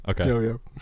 Okay